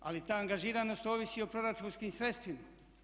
Ali ta angažiranost ovisi o proračunskim sredstvima.